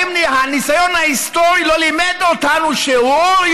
האם הניסיון ההיסטורי לא לימד אותנו שיעור?